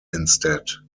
instead